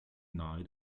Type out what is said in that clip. nahe